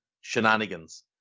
shenanigans